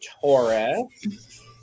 Taurus